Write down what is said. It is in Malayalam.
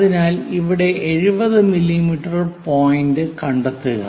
അതിനാൽ ഇവിടെ 70 മില്ലീമീറ്റർ പോയിന്റ് കണ്ടെത്തുക